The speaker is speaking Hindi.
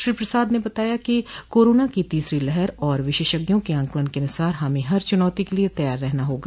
श्री प्रसाद ने कहा कि कोरोना की तीसरी लहर व विशेषज्ञों के आकलन के अनुसार हमें हर चुनौती के लिये तैयार रहना होगा